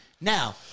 now